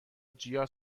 جیا